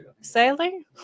Sailing